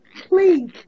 Please